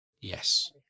Yes